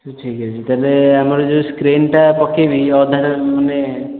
ହଉ ଠିକ୍ ଅଛି ତା'ହେଲେ ଆମର ଯେଉଁ ସ୍କ୍ରିନ୍ଟା ପକେଇବି ଅଧାରୁ ମାନେ